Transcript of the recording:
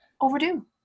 overdue